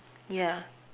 yeah